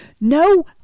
no